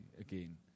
again